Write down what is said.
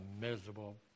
miserable